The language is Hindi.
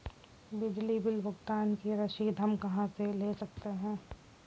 बिजली बिल भुगतान की रसीद हम कहां से ले सकते हैं?